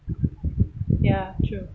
ya true